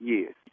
Yes